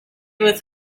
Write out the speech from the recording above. with